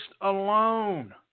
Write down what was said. alone